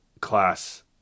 class